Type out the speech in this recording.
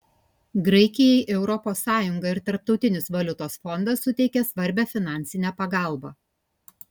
graikijai europos sąjunga ir tarptautinis valiutos fondas suteikė svarbią finansinę pagalbą